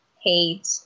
hate